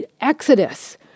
exodus